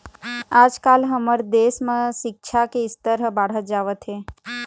आजकाल हमर देश म सिक्छा के स्तर ह बाढ़त जावत हे